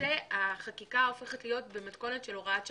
החקיקה הופכת להיות במתכונת הוראת שעה.